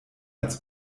als